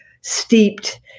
steeped